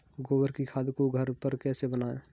गोबर की खाद को घर पर कैसे बनाएँ?